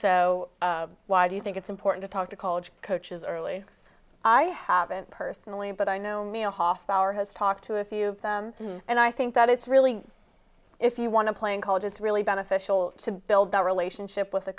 so why do you think it's important to talk to college coaches early i haven't personally but i know mia hoff our has talked to a few and i think that it's really if you want to play in college it's really beneficial to build that relationship with a